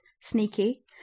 Sneaky